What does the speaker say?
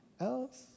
else